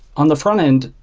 on the frontend,